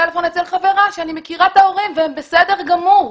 מפלאפון אצל חברה שאני מכירה את ההורים והם בסדר גמור.